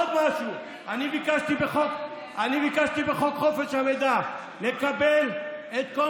עוד משהו: אני ביקשתי בחוק חופש המידע לקבל את כל